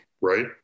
right